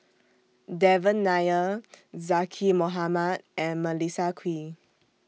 Devan Nair Zaqy Mohamad and Melissa Kwee